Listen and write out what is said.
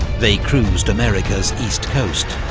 they cruised america's east coast,